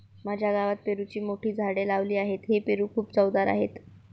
माझ्या गावात पेरूची मोठी झाडे लावली आहेत, हे पेरू खूप चवदार आहेत